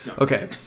Okay